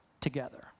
together